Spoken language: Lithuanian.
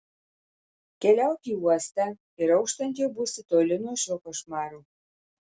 keliauk į uostą ir auštant jau būsi toli nuo šio košmaro